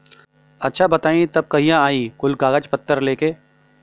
अच्छा बताई तब कहिया आई कुल कागज पतर लेके?